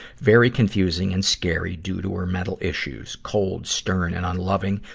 very confusing and scary due to her mental issues. cold, stern, and unloving,